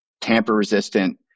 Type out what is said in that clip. tamper-resistant